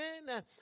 amen